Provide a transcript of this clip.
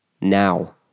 now